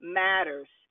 matters